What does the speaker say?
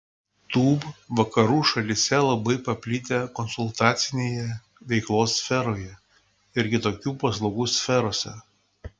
tūb vakarų šalyse labai paplitę konsultacinėje veiklos sferoje ir kitokių paslaugų sferoje